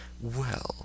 well